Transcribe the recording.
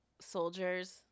soldiers